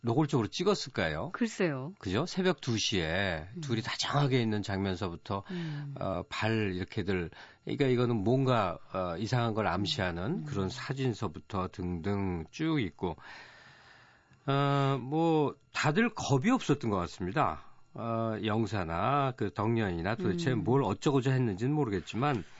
노골적으로 찍었을까요? 글쎄요. 그죠? 새벽 2시에 음. 둘이 다정하게 있는 장면서부터 음. 어, 발 이렇게들, 그러니까 이거는 뭔가, 어, 이상한 걸 암시하는 음. 그런 사진서부터 등등 쭉 있고. 어, 뭐 다들 겁이 없었던 것 같습니다. 어, 영사나 그 덕년이나 도대체 음. 뭘 어쩌고저쩌고 했는지는 모르겠지만